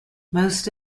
most